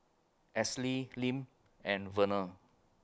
Esley Lim and Verner